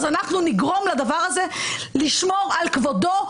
אז אנחנו נגרום לדבר הזה לשמור על כבודו,